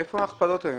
איפה ההכפלות האלה?